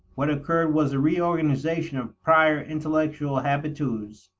what occurred was a reorganization of prior intellectual habitudes,